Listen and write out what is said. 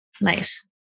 Nice